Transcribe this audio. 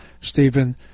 Stephen